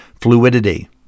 fluidity